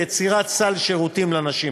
יצירת סל שירותים לנשים